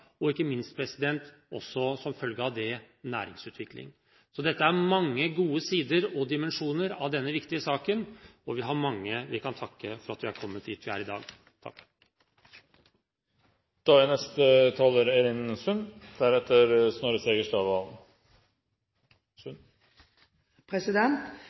– ikke minst – også som følge av det, med næringsutvikling. Så dette er mange gode sider og dimensjoner av denne viktige saken, og vi har mange vi kan takke for at vi har kommet dit vi er i dag.